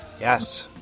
Yes